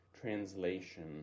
translation